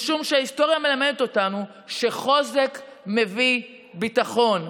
משום שההיסטוריה מלמדת אותנו שחוזק מביא ביטחון,